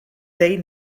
they